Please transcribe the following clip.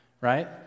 right